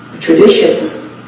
tradition